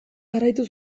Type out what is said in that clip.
jarraitu